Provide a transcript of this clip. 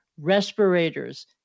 respirators